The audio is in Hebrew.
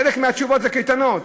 חלק מהתשובות זה קייטנות.